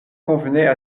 convenaient